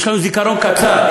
יש לנו זיכרון קצר.